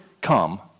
come